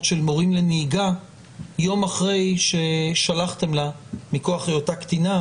של מורים לנהיגה יום אחרי ששלחתם לה מכוח היותה קטינה,